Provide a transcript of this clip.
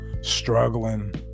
struggling